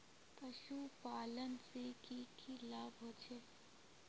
पशुपालन से की की लाभ होचे?